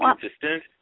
consistent